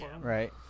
right